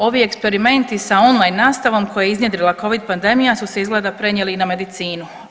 Ovi eksperimenti sa online nastavom koje je iznjedrila Covid pandemija su se izgleda prenijeli i na medicinu.